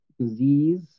disease